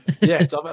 Yes